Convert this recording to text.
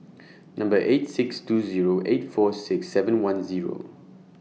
Number eight six two Zero eight four six seven one Zero